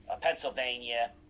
Pennsylvania